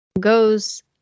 goes